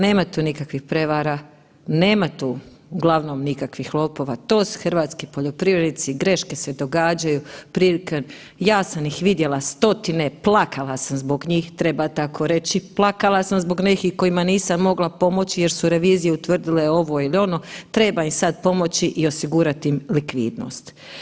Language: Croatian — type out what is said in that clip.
Nema tu nikakvih prevara, nema tu uglavnom nikakvih lopova, to su hrvatski poljoprivrednici, greške se događaju …/nerazumljivo/… ja sam ih vidjela stotine, plakala sam zbog njih treba tako reći, plakala sam zbog nekih kojima nisam mogla pomoći jer su revizije utvrdile ovo ili ono, treba im sada pomoći i osigurati im likvidnost.